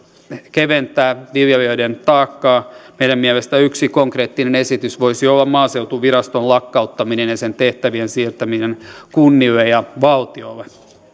keventää viljelijöiden taakkaa meidän mielestämme yksi konkreettinen esitys voisi olla maaseutuviraston lakkauttaminen ja sen tehtävien siirtäminen kunnille ja valtiolle